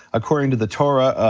according to the torah,